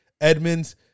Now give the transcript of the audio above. Edmonds